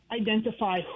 identify